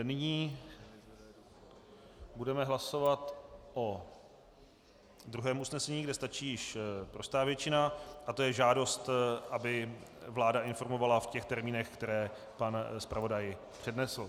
Nyní budeme hlasovat o druhém usnesení, kde stačí již prostá většina, a to je žádost, aby vláda informovala v těch termínech, které pan zpravodaj přednesl.